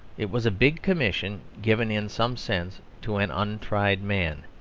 it was a big commission given in some sense to an untried man,